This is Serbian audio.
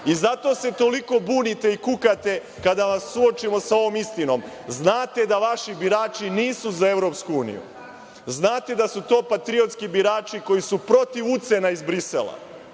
i zato se toliko bunite i kukate kada vas suočimo sa ovom istinom. Znate da vaši birači nisu za EU. Znate da su to patriotski birači koji su protiv ucena iz Brisela. Vi